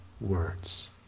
words